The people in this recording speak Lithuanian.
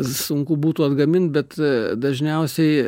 sunku būtų atgamint bet dažniausiai